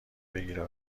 بگیره